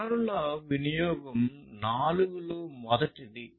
వనరుల వినియోగం 4 లో మొదటిది